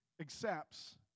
accepts